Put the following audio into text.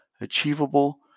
achievable